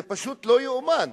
זה פשוט לא יאומן: